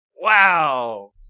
Wow